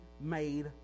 made